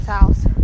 house